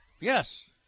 yes